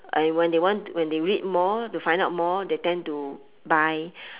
and when they want when they read more to find out more they tend to buy